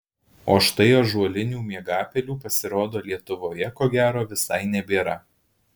o štai ąžuolinių miegapelių pasirodo lietuvoje ko gero visai nebėra